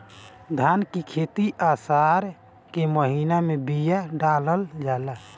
धान की खेती आसार के महीना में बिया डालल जाला?